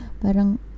parang